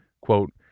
quote